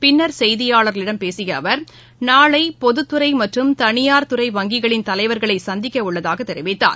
பின்னர் செய்தியாளர்களிடம் பேசியஅவர் நாளைபொதுத் துறைமற்றும் தனியார் துறை வங்கிகளின் தலைவர்களைசந்திக்கஉள்ளதாகதெரிவித்தார்